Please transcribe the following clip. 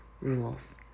rules